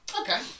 Okay